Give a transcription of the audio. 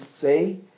say